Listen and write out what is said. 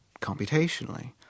computationally